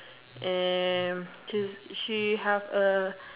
and to she have a